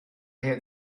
had